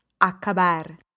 acabar